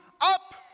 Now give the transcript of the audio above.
up